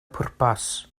pwrpas